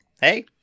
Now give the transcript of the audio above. hey